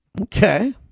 Okay